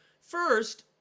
First